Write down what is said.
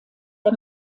der